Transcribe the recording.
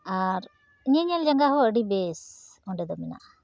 ᱟᱨ ᱧᱮᱞ ᱧᱮᱞ ᱡᱟᱭᱜᱟ ᱦᱚᱸ ᱟᱹᱰᱤ ᱵᱮᱥ ᱚᱸᱰᱮ ᱫᱚ ᱢᱮᱱᱟᱜᱼᱟ